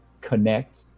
connect